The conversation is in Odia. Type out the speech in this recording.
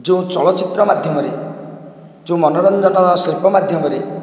ଯେଉଁ ଚଳଚିତ୍ର ମାଧ୍ୟମରେ ଯେଉଁ ମନୋରଞ୍ଜନର ଶିଳ୍ପ ମାଧ୍ୟମରେ